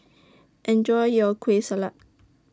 Enjoy your Kueh Salat